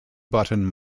button